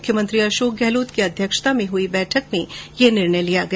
मुख्यमंत्री अशोक गहलोत की अध्यक्षता में कल रात हई बैठक में यह निर्णय लिया गया